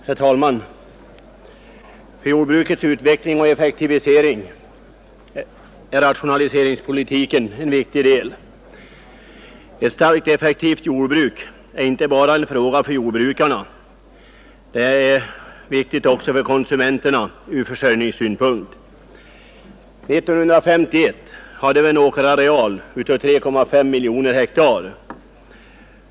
Herr talman! I jordbrukets utveckling och effektivisering är rationaliseringspolitiken en viktig del. Ett starkt och effektivt jordbruk är inte bara en fråga för jordbrukarna. Den är viktig också för konsumenterna ur försörjningssynpunkt. År 1951 hade vi en åkerareal av 3,5 miljoner hektar.